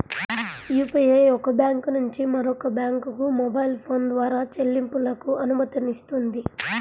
UPI ఒక bank నుంచి మరొక బ్యాంకుకు మొబైల్ ఫోన్ ద్వారా చెల్లింపులకు అనుమతినిస్తుంది